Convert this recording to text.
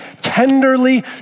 tenderly